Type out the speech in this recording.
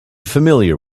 familiar